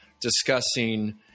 discussing